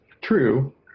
true